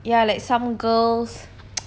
ya like some girls